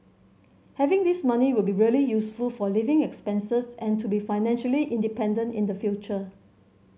having this money will be really useful for living expenses and to be financially independent in the future